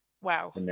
Wow